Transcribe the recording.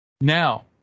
Now